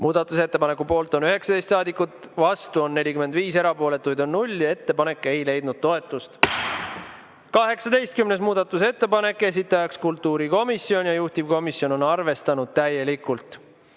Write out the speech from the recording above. Muudatusettepaneku poolt on 19 saadikut, vastu on 45, erapooletuid on 0. Ettepanek ei leidnud toetust. 18. muudatusettepanek, esitaja on kultuurikomisjon, juhtivkomisjon on arvestanud täielikult.